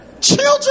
Children